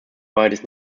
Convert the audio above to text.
beides